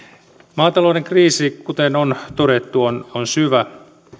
maatalouden kriisi kuten on todettu on on syvä